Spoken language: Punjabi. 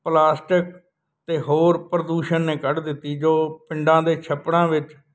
ਪਲਾਸਟਿਕ ਅਤੇ ਹੋਰ ਪ੍ਰਦੂਸ਼ਣ ਨੇ ਕੱਢ ਦਿੱਤੀ ਜੋ ਪਿੰਡਾਂ ਦੇ ਛੱਪੜਾਂ ਵਿੱਚ